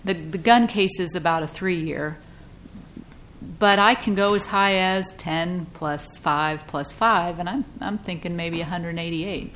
the gun case is about a three year but i can go as high as ten plus five plus five and i'm i'm thinking maybe one hundred eighty eight